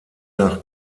nach